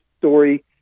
story